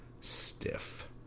stiff